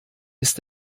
ist